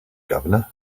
governor